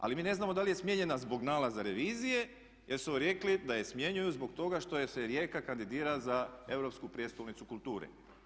Ali mi ne znamo da li je smijenjena zbog nalaza revizije jer su rekli da je smjenjuju zbog toga što se Rijeka kandidira za europsku prijestolnicu kulture.